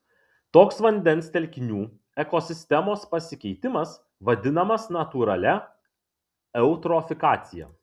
toks vandens telkinių ekosistemos pasikeitimas vadinamas natūralia eutrofikacija